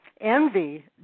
envy